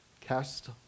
Cast